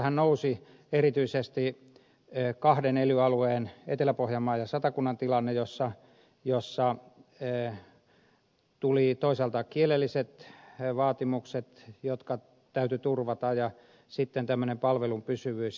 esillehän nousi erityisesti kahden ely alueen etelä pohjanmaan ja satakunnan tilanne jossa tuli toisaalta kielelliset vaatimukset jotka täytyi turvata ja sitten tämmöinen palvelun pysyvyys